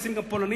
נשים גם פולנים,